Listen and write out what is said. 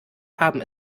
haben